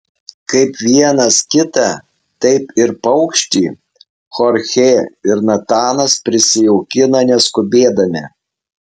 kaip vienas kitą taip ir paukštį chorchė ir natanas prisijaukina neskubėdami